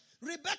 Rebecca